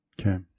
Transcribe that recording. Okay